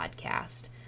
podcast